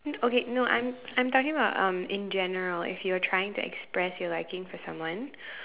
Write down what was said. okay no I'm I'm talking about um in general if you're trying to express your liking for someone